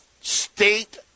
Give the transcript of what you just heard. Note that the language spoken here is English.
state